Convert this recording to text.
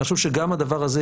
משהו שגם הדבר הזה,